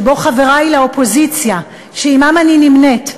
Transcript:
שבו חברי לאופוזיציה שעמם אני נמנית,